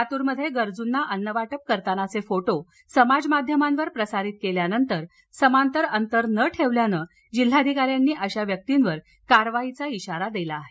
लातूरमध्ये गरजूंना अन्न वाटप करतानाचे फोटो समाजमाध्यमावर प्रसारित केल्यानंतर समातर अंतर न ठेवल्यानं जिल्हाधिकान्यांनी अशा व्यक्तींवर कारवाईचा इशारा दिला आहे